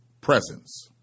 presence